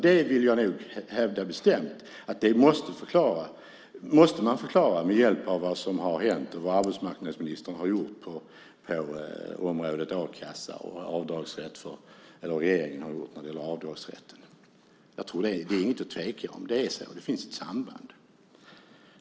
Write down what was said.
Det vill jag hävda bestämt måste förklaras av vad som har hänt och vad regeringen och arbetsmarknadsministern har gjort på områdena a-kassa och avdragsrätt. Jag tror inte det är någon tvekan om det, det finns ett samband.